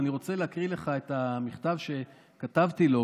ואני רוצה להקריא לך את המכתב שכתבתי לו,